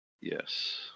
Yes